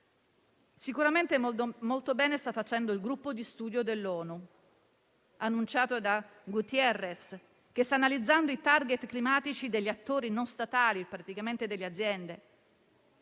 Sicuramente molto bene sta facendo il gruppo di studio dell'ONU, annunciato da Guterres, che sta analizzando i *target* climatici degli attori non statali, praticamente delle aziende.